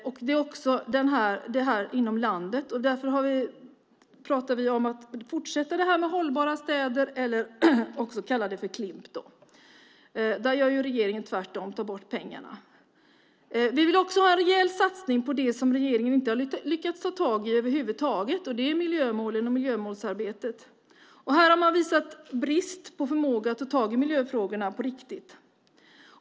Det gäller också inom landet. Vi talar därför om att fortsätta arbetet med hållbara städer och också kalla det för Klimp. Där gör regeringen tvärtom och tar bort pengarna. Vi vill också ha en rejäl satsning på det som regeringen inte har lyckats ta tag i över huvud taget. Det är miljömålen och miljömålsarbetet. Här har man visat brist på förmåga att ta tag i miljöfrågorna på riktigt.